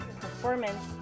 performance